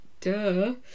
Duh